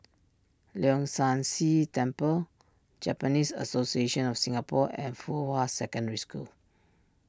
Leong San See Temple Japanese Association of Singapore and Fuhua Secondary School